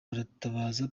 baratabaza